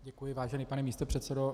Děkuji, vážený pane místopředsedo.